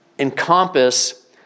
encompass